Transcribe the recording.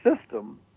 system